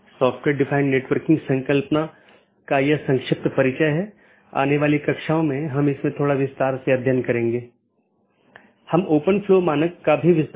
क्योंकि पूर्ण मेश की आवश्यकता अब उस विशेष AS के भीतर सीमित हो जाती है जहाँ AS प्रकार की चीज़ों या कॉन्फ़िगरेशन को बनाए रखा जाता है